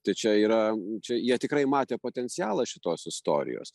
tai čia yra čia jie tikrai matė potencialą šitos istorijos